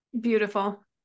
Beautiful